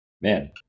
Man